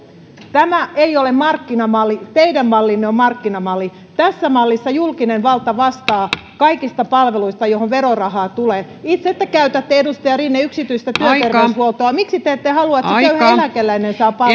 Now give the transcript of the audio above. tämä ei ole markkinamalli teidän mallinne on markkinamalli tässä mallissa julkinen valta vastaa kaikista palveluista joihin verorahaa tulee te itse käytätte edustaja rinne yksityistä työterveyshuoltoa miksi te ette halua että se köyhä eläkeläinen saa